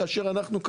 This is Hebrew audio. כאשר אנחנו,